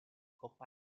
coppa